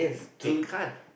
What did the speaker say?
they can't